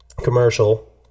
commercial